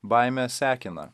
baimė sekina